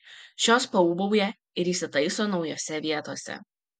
šios paūbauja ir įsitaiso naujose vietose